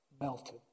melted